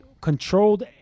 controlled